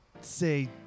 say